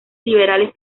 liberales